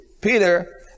Peter